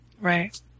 Right